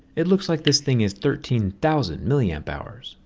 it looks like this thing is thirteen thousand milliamp hours.